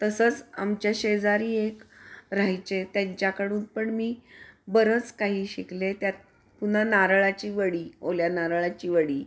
तसंच आमच्या शेजारी एक राहायचे त्यांच्याकडून पण मी बरंच काही शिकले त्यात पुन्हा नारळाची वडी ओल्या नारळाची वडी